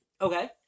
Okay